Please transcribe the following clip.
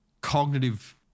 cognitive